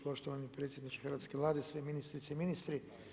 Poštovani predsjedniče hrvatske Vlade, sve ministrice i ministri.